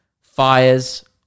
fires